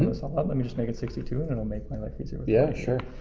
and so let let me just make it sixty two. and it'll make my life easier. yeah, sure.